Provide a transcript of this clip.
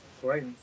great